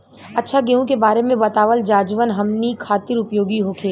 अच्छा गेहूँ के बारे में बतावल जाजवन हमनी ख़ातिर उपयोगी होखे?